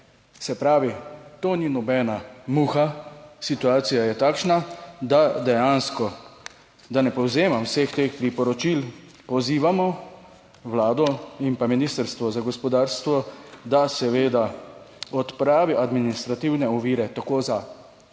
Se pravi, to ni nobena muha. Situacija je takšna, da dejansko, da ne povzemam vseh teh priporočil, pozivamo Vlado in pa Ministrstvo za gospodarstvo, da seveda odpravi administrativne ovire tako za kmete